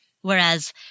Whereas